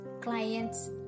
clients